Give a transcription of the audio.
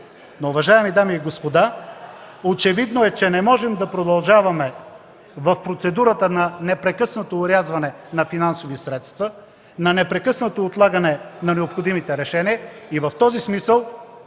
Уважаеми дами и господа, очевидно не можем да продължаваме в процедура на непрекъснато орязване на финансови средства, непрекъснато отлагане на необходимите решения. В този смисъл